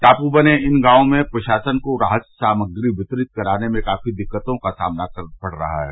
टापू बने इन गांवों में प्रशासन को राहत सामग्री वितरित कराने में काफी दिक्कतों का सामना करना पड़ रहा है